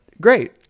great